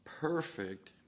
perfect